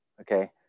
okay